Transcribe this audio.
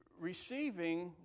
receiving